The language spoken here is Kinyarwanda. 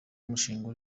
umushinga